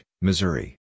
Missouri